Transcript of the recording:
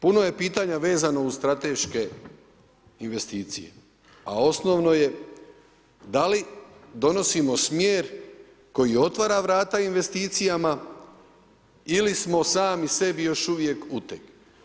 Puno je pitanja vezano uz strateške investicije, a osnovno je da li donosimo smjer koji otvara vrata investicijama ili smo sami sebi još uvijek uteg.